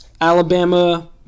Alabama